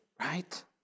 right